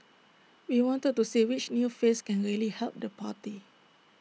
we wanted to see which new face can really help the party